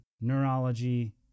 neurology